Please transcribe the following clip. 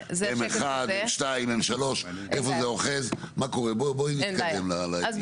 M1, M2, M3 איפה זה אוחז מה קורה בואי נתקדם הלאה.